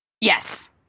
Yes